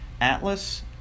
Atlas